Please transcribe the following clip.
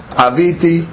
aviti